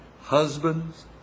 husbands